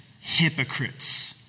hypocrites